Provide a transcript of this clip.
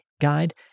guide